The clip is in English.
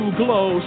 glow